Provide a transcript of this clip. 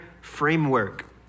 framework